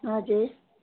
हजुर